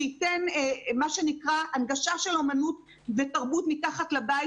שייתן הנגשה של אומנות ותרבות מתחת לבית